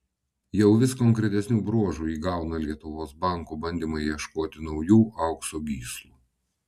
jau vis konkretesnių bruožų įgauna lietuvos bankų bandymai ieškoti naujų aukso gyslų